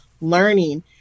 learning